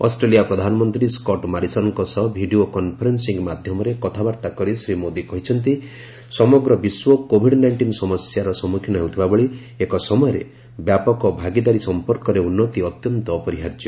Australia ପ୍ରଧାନମନ୍ତ୍ରୀ Scott ମାରିସନ୍ଙ୍କ ସହ ଭିଡ଼ିଓ କନ୍ଫରେନ୍ନିଂ ମାଧ୍ୟମରେ କଥାବାର୍ତ୍ତା କରି ଶ୍ରୀ ମୋଦୀ କହିଛନ୍ତି ସମଗ୍ର ବିଶ୍ୱ କୋଭିଡ୍ ନାଇଣ୍ଟିନ୍ ସମସ୍ୟା ସମ୍ମୁଖୀନ ହେଉଥିବା ଭଳି ଏକ ସମୟରେ ବ୍ୟାପକ ଭାଗିଦାରୀ ସଂପର୍କରେ ଉନ୍ନତି ଅତ୍ୟନ୍ତ ଅପରିହାର୍ଯ୍ୟ